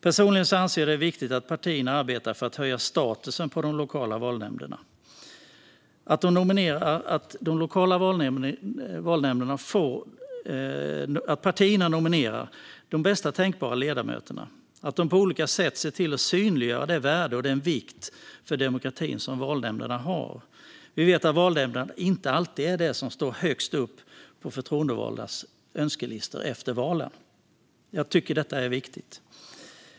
Personligen anser jag att det är viktigt att partierna arbetar för att höja de lokala valnämndernas status - att partierna nominerar bästa tänkbara ledamöter och att de på olika sätt ser till att synliggöra det värde och den vikt för demokratin som valnämnderna har. Vi vet att valnämnderna inte alltid är det som står högst upp på förtroendevaldas önskelistor efter valen. Jag tycker att detta är viktigt.